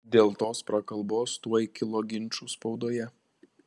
dėl tos prakalbos tuoj kilo ginčų spaudoje